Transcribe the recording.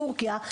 טורקיה,